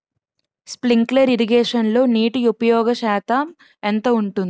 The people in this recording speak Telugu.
స్ప్రింక్లర్ ఇరగేషన్లో నీటి ఉపయోగ శాతం ఎంత ఉంటుంది?